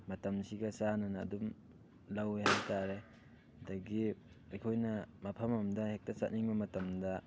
ꯃꯇꯝꯁꯤꯒ ꯆꯥꯟꯅꯅ ꯑꯗꯨꯝ ꯂꯧꯋꯦ ꯍꯥꯏꯇꯥꯔꯦ ꯑꯗꯒꯤ ꯑꯩꯈꯣꯏꯅ ꯃꯐꯝ ꯑꯃꯗ ꯍꯦꯛꯇ ꯆꯠꯅꯤꯡꯕ ꯃꯇꯝꯗ